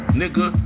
nigga